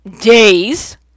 days